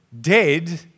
dead